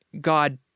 God